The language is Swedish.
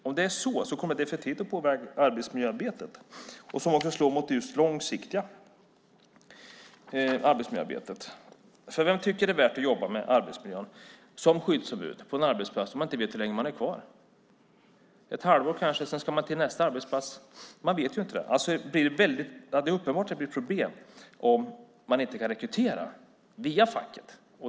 Om det är så kommer det definitivt att påverka arbetsmiljöarbetet, och det slår också mot just det långsiktiga arbetsmiljöarbetet. Vem tycker att det är bättre att som skyddsombud jobba med arbetsmiljön på en arbetsplats om man inte vet hur länge man är kvar? Man är där ett halvår kanske, och sedan ska man till nästa arbetsplats. Man vet inte. Det är uppenbart att det blir ett problem om man inte kan rekrytera via facket.